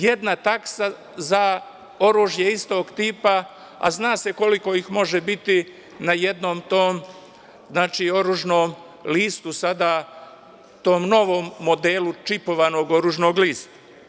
Jedna taksa za oružje istog tipa, a zna se koliko ih može biti na jednom tom oružnom listu, sada tom novom modelu čipovanog oružnog lista.